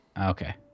Okay